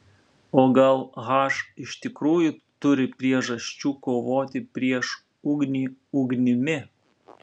o gal h iš tikrųjų turi priežasčių kovoti prieš ugnį ugnimi